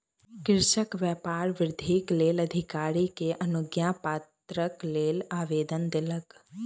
कृषक व्यापार वृद्धिक लेल अधिकारी के अनुज्ञापत्रक लेल आवेदन देलक